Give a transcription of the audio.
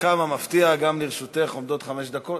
כמה מפתיע, גם לרשותך עומדות חמש דקות.